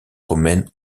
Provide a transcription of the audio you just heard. romaines